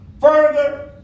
Further